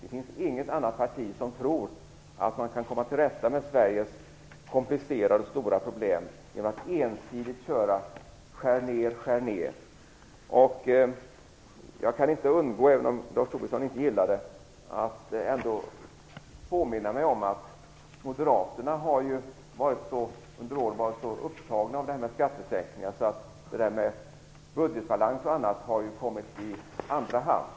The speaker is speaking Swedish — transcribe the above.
Det finns inget annat parti som tror att man kan komma till rätta med Sveriges komplicerade och stora problem genom att ensidigt bara skära ned. Även om Lars Tobisson inte gillar det kan jag inte undgå att påminna om att Moderaterna under åren har varit så upptaget av skattesänkningar att frågan om budgetbalansen m.m. har kommit i andra hand.